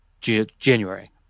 January